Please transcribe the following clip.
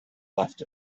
left